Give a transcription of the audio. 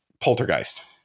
Poltergeist